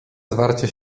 zwarcie